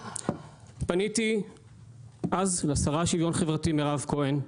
פניתי אז לשרה לשוויון חברתי מירב כהן,